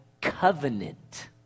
covenant